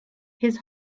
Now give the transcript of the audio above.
his